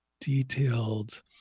detailed